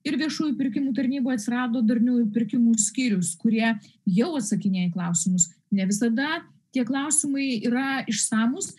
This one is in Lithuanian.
ir viešųjų pirkimų tarnyboj atsirado darniųjų pirkimų skyriaus kurie jau atsakinėja į klausimus ne visada tie klausimai yra išsamūs